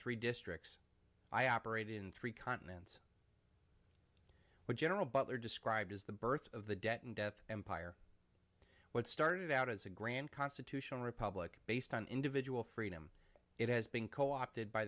three districts i operate in three continents with general butler described as the birth of the debt and death empire what started out as a grand constitutional republic based on individual freedom it has been co opted by